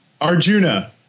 Arjuna